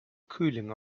cooling